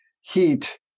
heat